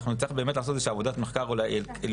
אנחנו נצטרך לעשות אולי איזו שהיא עבודת מחקר בנושא